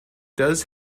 does